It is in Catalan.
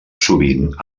sovint